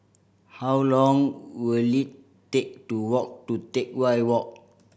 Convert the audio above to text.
how long will it take to walk to Teck Whye Walk